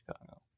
Chicago